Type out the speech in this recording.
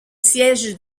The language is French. siège